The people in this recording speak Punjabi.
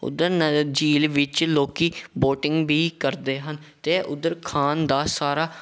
ਉੱਧਰ ਨ ਝੀਲ ਵਿੱਚ ਲੋਕ ਵੋਟਿੰਗ ਵੀ ਕਰਦੇ ਹਨ ਅਤੇ ਉੱਧਰ ਖਾਣ ਦਾ ਸਾਰਾ